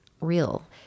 real